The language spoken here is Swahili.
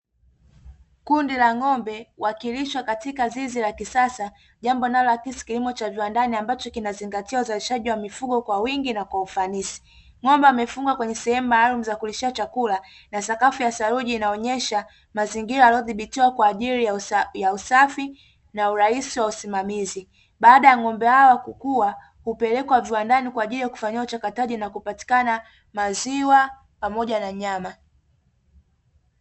Kundi la ng'ombe wwakilishwa katika zizi la kisasa jambo linalo akisi kilimo cha viwandani ambacho kinazingatia uzalishaji wa mifugo kwa wingi na kwa ufanisi ng'ombe wamefungwa kwenye sehemu maalum za kulishia chakula na sakafu ya saruji inaonyesha mazingira yaliodhibitiwa kwa ajili ya usafi na urahisi wa usimamizi baada ya ng'ombe hawa kukuwa hupelekwa viwandani kwa ajili ya kufanyiwa uchakataji na kupatikana maziwa pamoja na nyama